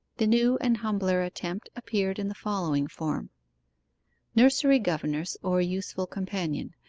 the new and humbler attempt appeared in the following form nursery governess or useful companion.